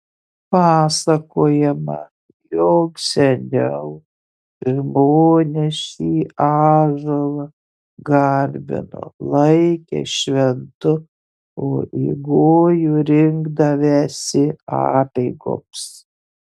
pasakojama jog seniau žmonės šį ąžuolą garbino laikė šventu o į gojų rinkdavęsi apeigoms